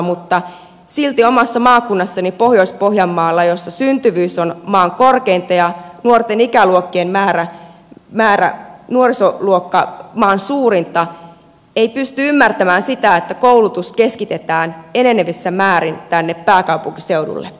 mutta silti omassa maakunnassani pohjois pohjanmaalla jossa syntyvyys on maan korkeinta ja nuorten ikäluokkien määrä nuorisoluokka maan suurinta ei pystytä ymmärtämään sitä että koulutus keskitetään enenevissä määrin tänne pääkaupunkiseudulle